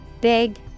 Big